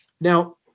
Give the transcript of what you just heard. Now